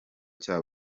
cya